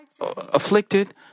afflicted